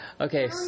Okay